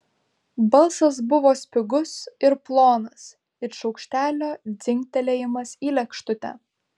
balsas buvo spigus ir plonas it šaukštelio dzingtelėjimas į lėkštutę